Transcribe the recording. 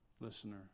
listener